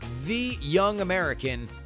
TheYoungAmerican